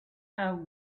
how